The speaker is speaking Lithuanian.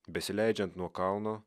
besileidžiant nuo kalno